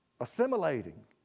assimilating